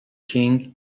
king